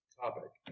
topic